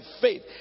faith